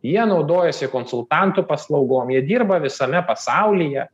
jie naudojasi konsultantų paslaugom jie dirba visame pasaulyje